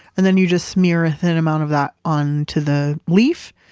and then you just smear a thin amount of that onto the leaf,